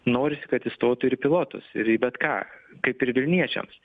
norisi kad įstotų ir į pilotus ir į bet ką kaip ir vilniečiams